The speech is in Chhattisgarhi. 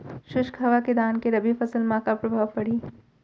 शुष्क हवा के धान के रबि फसल मा का प्रभाव पड़ही?